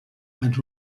and